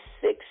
six